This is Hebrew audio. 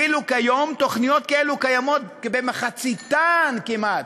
ואילו כיום תוכניות כאלו קיימות במחציתן כמעט".